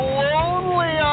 lonely